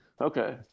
okay